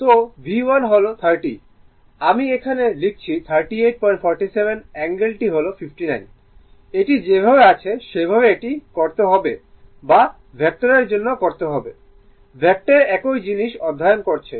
তো V1 হল 30 আমি এখানে লিখছি 3847 অ্যাঙ্গেলটি হল 59 এটি যেভাবে আছে সেভাবে এটি করতে হবে বা ভেক্টরের জন্য করতে হবে ভেক্টর একই জিনিস অধ্যয়ন করেছে